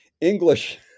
English